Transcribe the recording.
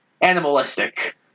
animalistic